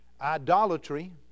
idolatry